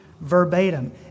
verbatim